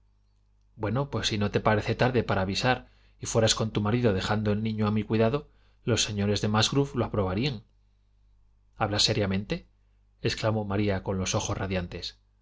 bueno pues si no te parece tarde para avisar y fueras con tu marido dejando el niño a mi cuidado los señores de musgrove lo aprobarían hablas seriamente exclamó maría con los ojos radiantes